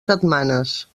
setmanes